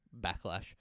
backlash